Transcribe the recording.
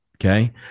Okay